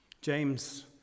James